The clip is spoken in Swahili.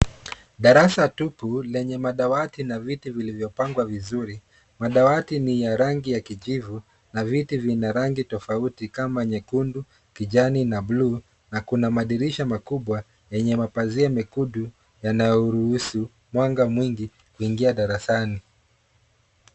Darasa tupu lenye madawati na viti vilivyopangwa vizuri. Madawati ni ya rangi ya kijivu na viti vina rangi tofauti kama nyekundu, kijani na buluu na kuna madirisha makubwa yanayoruhusu mwanga mwingi kuingia darasani.